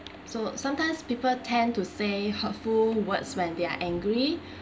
so sometimes people tend to say hurtful words when they are angry